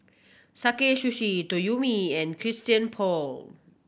Sakae Sushi Toyomi and Christian Paul